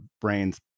brain's